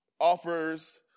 offers